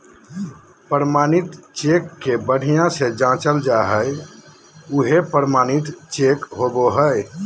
प्रमाणित चेक के बढ़िया से जाँचल जा हइ उहे प्रमाणित चेक होबो हइ